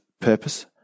purpose